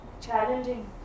challenging